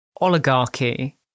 oligarchy